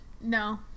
No